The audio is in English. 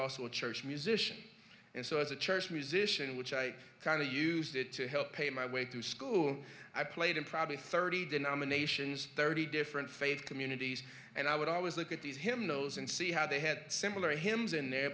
also a church musician and so as a church musician which i kind of used it to help pay my way through school i played in probably thirty denominations thirty different faith communities and i would always look at these hymnals and see how they had similar hymns in there